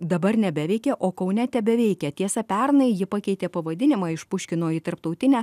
dabar nebeveikia o kaune tebeveikia tiesa pernai ji pakeitė pavadinimą iš puškino į tarptautinę